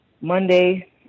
Monday